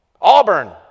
Auburn